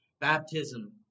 Baptism